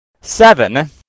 Seven